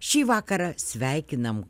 šį vakarą sveikinam